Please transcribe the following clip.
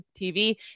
TV